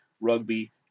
rugby